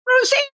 Rosie